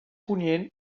punyent